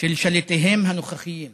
של שליטיהם הנוכחיים?